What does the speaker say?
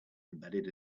embedded